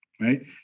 right